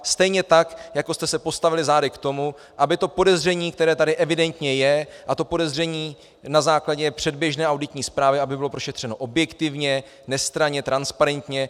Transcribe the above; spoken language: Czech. Stejně tak jako jste se postavili zády k tomu, aby to podezření, které tady evidentně je, a to podezření na základě předběžné auditní zprávy, bylo prošetřeno objektivně, nestranně, transparentně.